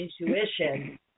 intuition